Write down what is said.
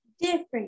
different